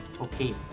Okay